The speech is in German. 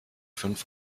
fünf